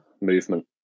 movement